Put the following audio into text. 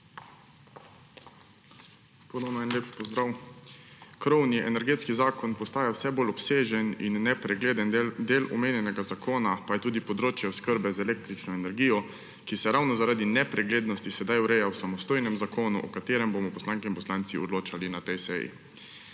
Ponovno lep pozdrav! Krovni Energetski zakon postaja vse bolj obsežen in nepregleden, del omenjenega zakona pa je tudi področje oskrbe z električno energijo, ki se ravno zaradi nepreglednosti sedaj ureja v samostojnem zakonu, o katerem bomo poslanke in poslanci odločali na tej seji.